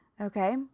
okay